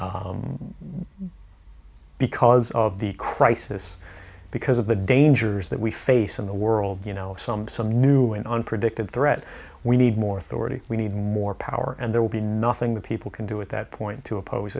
that because of the crisis because of the dangers that we face in the world you know some some new and unpredicted threat we need more authority we need more power and there will be nothing the people can do at that point to oppose